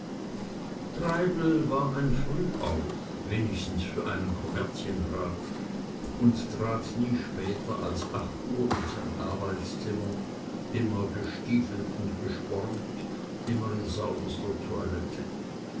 treibel war ein frühauf wenigstens für einen kommerzienrat und trat nie später als acht uhr in sein arbeitszimmer immer gestiefelt und gespornt immer in sauberster toilette